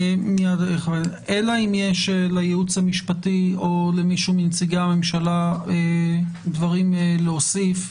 האם יש לייעוץ המשפטי או למישהו מנציגי הממשלה דברים להוסיף?